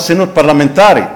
חסינות פרלמנטרית,